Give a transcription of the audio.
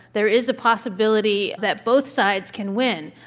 there is a possibility that both sides can win.